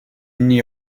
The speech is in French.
n’y